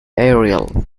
aerial